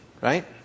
Right